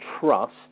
trust